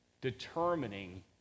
determining